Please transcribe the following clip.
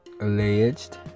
alleged